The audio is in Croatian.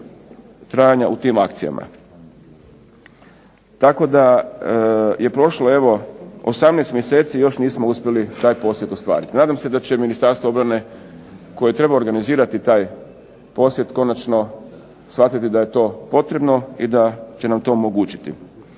trajanja u tim akcijama. Tako da je prošlo evo 18 mjeseci i još nismo uspjeli taj posjet ostvariti. Nadam se da će Ministarstvo obrane koje treba organizirati taj posjet konačno shvatiti da je to potrebno i da će nam to omogućiti.